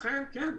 לכן כן,